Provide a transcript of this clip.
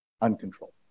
uncontrolled